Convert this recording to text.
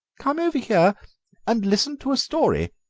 come over here and listen to a story,